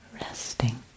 resting